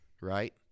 right